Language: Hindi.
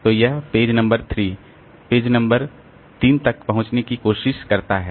तो यह पेज नंबर 3 फ्रेम नंबर 3 तक पहुंचने की कोशिश करता है